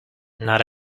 not